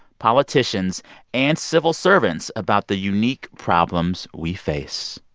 politicians and civil servants about the unique problems we face.